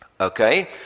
Okay